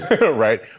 right